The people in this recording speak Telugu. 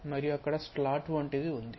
మరియు అక్కడ స్లాట్ వంటిది ఉంది